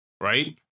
right